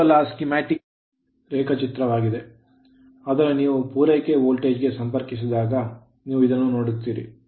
ಇದು ಕೇವಲ schematic schematic ರೇಖಾಚಿತ್ರವಾಗಿದೆ ಆದರೆ ನೀವು ಪೂರೈಕೆ ವೋಲ್ಟೇಜ್ ಗೆ ಸಂಪರ್ಕಿಸಿದಾಗ ನೀವು ಇದನ್ನು ನೋಡುತ್ತೀರಿ